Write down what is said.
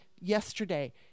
yesterday